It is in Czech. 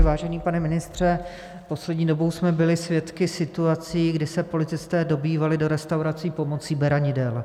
Vážený pane ministře, poslední dobou jsme byli svědky situací, kdy se policisté dobývali do restaurací pomocí beranidel.